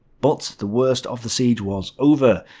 but the worst of the siege was over.